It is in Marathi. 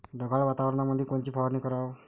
ढगाळ वातावरणामंदी कोनची फवारनी कराव?